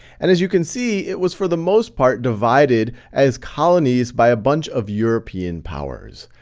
and as you can see, it was for the most part, divided as colonies by a bunch of european powers.